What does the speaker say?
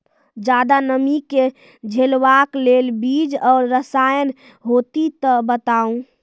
ज्यादा नमी के झेलवाक लेल बीज आर रसायन होति तऽ बताऊ?